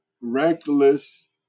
reckless